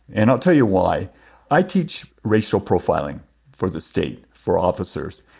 and i'll tell you why i teach racial profiling for the state for officers.